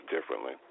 differently